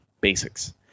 basics